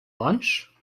lunch